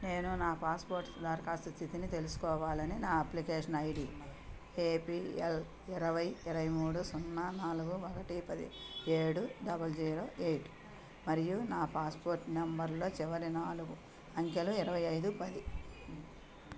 నేను నా పాస్పోర్ట్ దరఖాస్తు స్థితిని తెలుసుకోవాలని నా అప్లికేషన్ ఐడి ఏపిఎల్ ఇరవై ఇరవై మూడు సున్నా నాలుగు ఒకటి పది ఏడు డబల్ జీరో ఎయిట్ మరియు నా పాస్పోర్ట్ నంబర్లో చివరి నాలుగు అంకెలు ఇరవై ఐదు పది